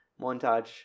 montage